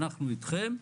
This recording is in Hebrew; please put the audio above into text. אנחנו איתכם.